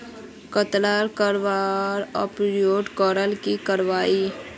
कतला लगवार अपटूडेट करले की करवा ई?